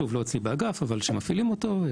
שוב, לא אצלי באגף, אבל שמפעילים אותה.